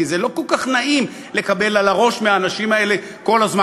כי זה לא כל כך נעים לקבל על הראש מהאנשים האלה כל הזמן.